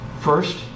First